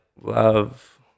love